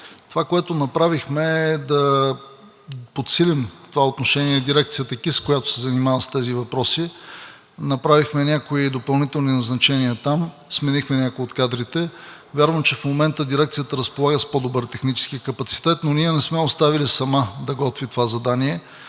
това, което направихме, е да подсилим в това отношение дирекция „Комуникационни и информационни системи“, която се занимава с тези въпроси, направихме някои допълнителни назначения там, сменихме някои от кадрите. Вярвам, че в момента дирекцията разполага с по-добър технически капацитет, но ние не сме я оставили сама да готви това задание.